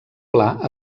pla